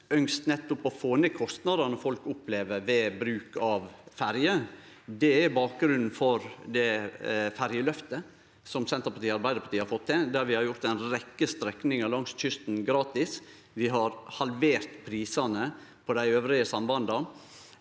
ønskt nettopp å få ned kostnadene folk opplever ved bruk av ferje. Det er bakgrunnen for det ferjeløftet som Senterpartiet og Arbeidarpartiet har fått til, der vi har gjort ei rekkje strekningar langs kysten gratis. Vi har halvert prisane på dei andre sambanda.